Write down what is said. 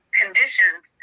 conditions